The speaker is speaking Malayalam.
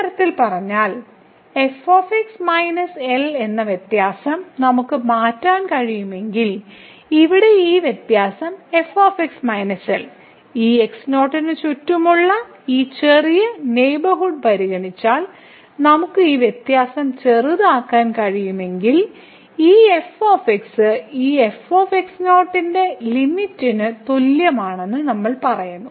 മറ്റൊരു തരത്തിൽ പറഞ്ഞാൽ ഈ f - L എന്ന വ്യത്യാസം നമുക്ക് മാറ്റാൻ കഴിയുമെങ്കിൽ ഇവിടെ ഈ വ്യത്യാസം f - L ഈ x0 ന് ചുറ്റുമുള്ള ഒരു ചെറിയ നെയ്ബർഹുഡ് പരിഗണിച്ച് നമുക്ക് ഈ വ്യത്യാസം ചെറുതാക്കാൻ കഴിയുമെങ്കിൽ ഈ f ഈ f ന്റെ ലിമിറ്റിന് തുല്യമാണെന്ന് നമ്മൾ പറയുന്നു